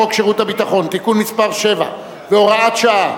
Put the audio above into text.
חוק שירות ביטחון (תיקון מס' 7 והוראת שעה)